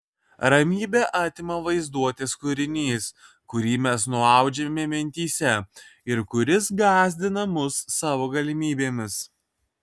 ramybę atima vaizduotės kūrinys kurį mes nuaudžiame mintyse ir kuris gąsdina mus savo galimybėmis